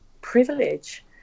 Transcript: privilege